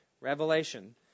Revelation